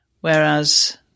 whereas